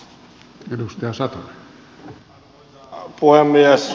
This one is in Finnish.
arvoisa puhemies